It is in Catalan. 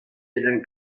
tenen